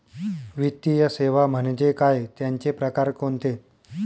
वित्तीय सेवा म्हणजे काय? त्यांचे प्रकार कोणते?